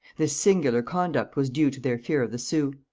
this singular conduct was due to their fear of the sioux.